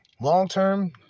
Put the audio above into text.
Long-term